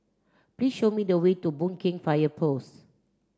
please show me the way to Boon Keng Fire Post